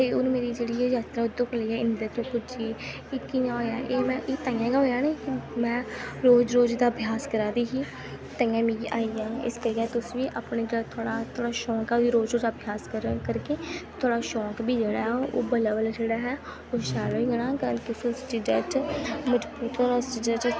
ते हून मेरी जेह्ड़ी एह् जात्तरा उद्धर कोला लेइयै इन्नी देर धोड़ी पुज्जी गेई कि कियां होएआ एह् तांइयैं गै होएआ निं में रोज रोज दा अभ्यास करा दी ही तांइयैं मिगी आई गेआ इस करियै तुस बी अपना जेह्ड़ा थोआड़ा थोआड़ा शौंक ऐ ओह्दा रोज रोज अभ्यास करा करगे तोआड़ा शौंक बी जेह्ड़ा ऐ ओह् बल्लें बल्लें शैल होई जाना कन्नै तुसें उस चीजा च मजबूत होना उस चीजा च